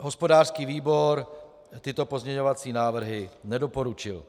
Hospodářský výbor tyto pozměňovací návrhy nedoporučil.